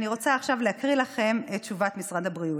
עכשיו אני רוצה להקריא לכם את תשובת משרד הבריאות: